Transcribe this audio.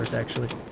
actually.